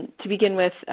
to begin with,